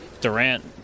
Durant